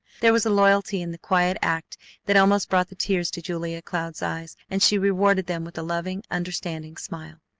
there was a loyalty in the quiet act that almost brought the tears to julia cloud's eyes, and she rewarded them with a loving, understanding smile.